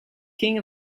king